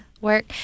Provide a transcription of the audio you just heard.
work